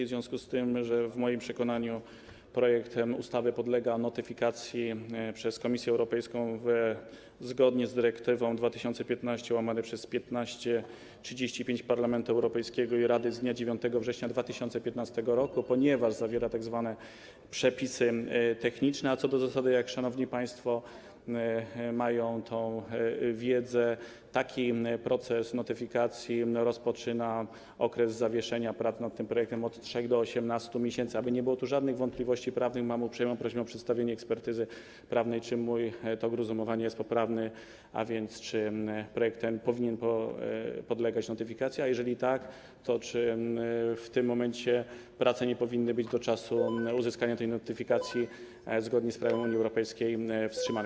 W związku z tym, że w moim przekonaniu ten projekt ustawy podlega notyfikacji przez Komisję Europejską zgodnie z dyrektywą 2015/1535 Parlamentu Europejskiego i Rady z dnia 9 września 2015 r., ponieważ zawiera tzw. przepisy techniczne, a co do zasady, jak szanowni państwo mają tę wiedzę, taki proces notyfikacji rozpoczyna okres zawieszenia praw nad tym projektem od 3 do 18 miesięcy, aby nie było tu żadnych wątpliwości prawnych, mam uprzejmą prośbę o przedstawienie ekspertyzy prawnej, czy mój tok rozumowania jest poprawny, a więc czy projekt ten powinien podlegać notyfikacji, a jeżeli tak, to czy w tym momencie prace nie powinny być do czasu uzyskania tej notyfikacji, zgodnie z prawem Unii Europejskiej, wstrzymane.